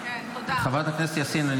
חברת הכנסת יאסין,